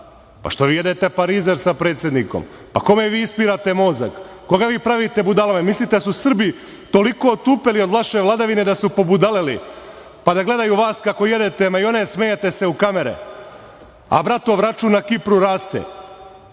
pa što vi jedete parizer sa predsednikom, pa kome vi ispirate mozak, koga vi pravite budalama? Mislite da su Srbi toliko otupeli od vaše vladavine da su pobudalili pa da gledaju vas kako jedete majonez i smejete se u kamere, a bratov račun na Kipru